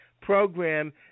program